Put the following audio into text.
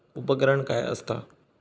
उपकरण काय असता?